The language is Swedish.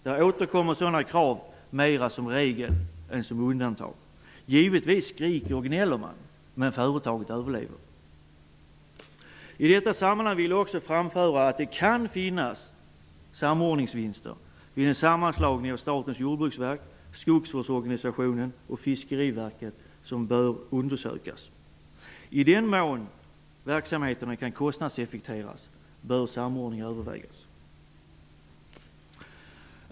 Där är sådana krav mer regel än undantag. Givetvis blir det skrik och gnäll, men företaget överlever. I det sammanhanget vill jag framföra att det kan finnas samordningsvinster vid en sammanslagning av Statens jordbruksverk, Skogsvårdsorganisationen och Fiskeriverket som bör undersökas. I den mån verksamheterna kan kostnadseffektiviseras bör samordning övervägas.